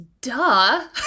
Duh